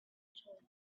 chart